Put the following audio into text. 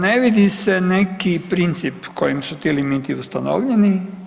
Ne vidi se neki princip kojim su ti limiti ustanovljeni.